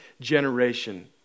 generation